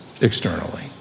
externally